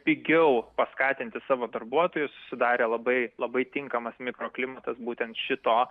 pigiau paskatinti savo darbuotojus susidarė labai labai tinkamas mikroklimatas būtent šito